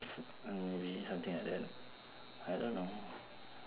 mm is it something like that I don't know